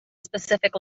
specific